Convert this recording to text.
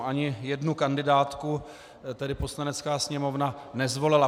Ani jednu kandidátku tedy Poslanecká sněmovna nezvolila.